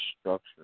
structure